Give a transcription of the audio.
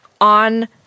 on